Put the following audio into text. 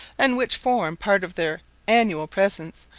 and which form part of their annual presents,